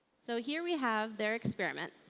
so here we have their experiment.